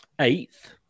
eighth